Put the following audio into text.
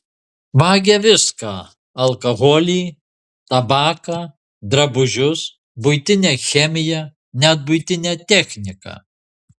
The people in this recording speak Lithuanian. vagia viską alkoholį tabaką drabužius buitinę chemiją net buitinę techniką